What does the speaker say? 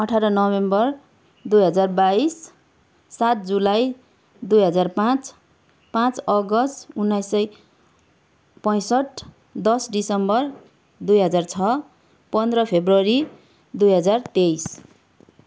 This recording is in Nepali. अठार नोभेम्बर दुई हजार बाइस सात जुलाई दुई हजार पाँच पाँच अगस्त उन्नाइस सय पैँसट्ठी दस दिसम्बर दुई हजार छ पन्ध्र फेब्रुअरी दुई हजार तेइस